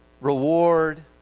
Reward